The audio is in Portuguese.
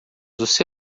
você